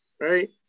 right